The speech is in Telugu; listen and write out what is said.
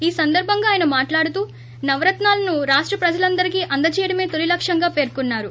ఈ సందర్బంగా ఆయన మాట్లాడుతూ నవరత్నాలను రాష్ట ప్రజలందరికీ అంద చేయడమే తొలి లక్ష్యంగా పేర్కొన్నారు